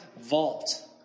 vault